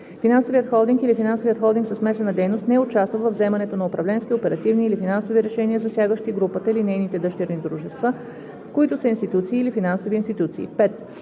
финансовият холдинг или финансовият холдинг със смесена дейност не участва във вземането на управленски, оперативни или финансови решения, засягащи групата или нейните дъщерни дружества, които са институции или финансови институции;